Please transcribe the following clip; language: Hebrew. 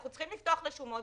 אנחנו צריכים לפתוח רשומות,